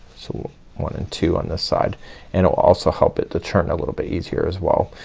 so one and two on this side and it will also help it to turn a little bit easier as well.